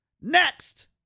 Next